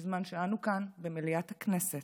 בזמן שאנו כאן במליאת הכנסת,